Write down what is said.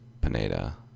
Pineda